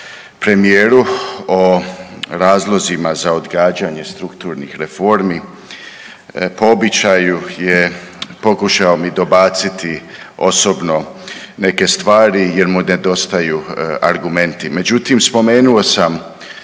premijeru o razlozima za odgađanje strukturnih reformi. Po običaju je pokušao mi dobaciti osobno neke stvari jer mu nedostaju argumenti. Međutim, spomenuo sam